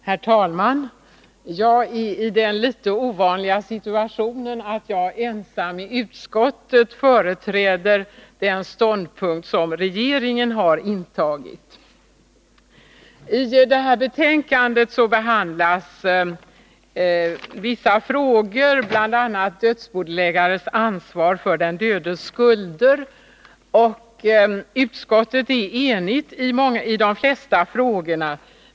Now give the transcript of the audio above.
Herr talman! Jag är i den litet ovanliga situationen att jag ensam i utskottet företräder den ståndpunkt som regeringen har intagit. I det här betänkandet behandlas bl.a. frågan om dödsbodelägares ansvar för den dödes skulder, och utskottet är enigt på de flesta punkter.